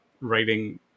writing